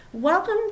Welcome